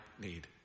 need